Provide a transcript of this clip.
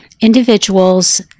individuals